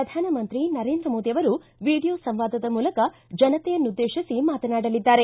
ಪ್ರಧಾನಮಂತ್ರಿ ನರೇಂದ್ರ ಮೋದಿ ಅವರು ವೀಡಿಯೊ ಸಂವಾದದ ಮೂಲಕ ಜನತೆಯನ್ನುದ್ದೇತಿಸಿ ಮಾತನಾಡಲಿದ್ದಾರೆ